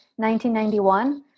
1991